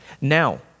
Now